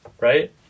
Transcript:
right